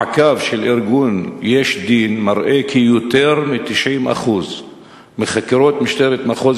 מעקב של ארגון "יש דין" מראה שיותר מ-90% מחקירות משטרת מחוז